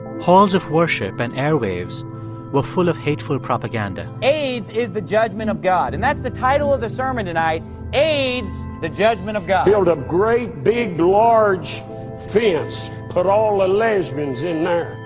halls of worship and airwaves were full of hateful propaganda aids is the judgment of god. and that's the title of the sermon tonight aids the judgment of god. build a great, big, large fence. put all the ah lesbians in there